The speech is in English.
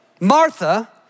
Martha